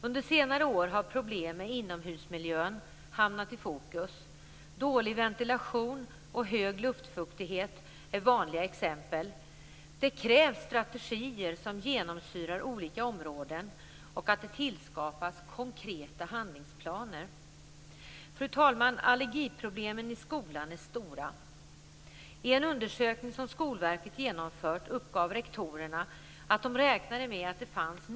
Under senare år har problem med inomhusmiljön hamnat i fokus. Dålig ventilation och hög luftfuktighet är vanliga exempel. Det krävs strategier som genomsyrar olika områden. Det måste tillskapas konkreta handlingsplaner. Fru talman! Allergiproblemen i skolan är stora.